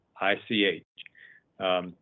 i-c-h